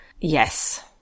Yes